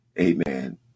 Amen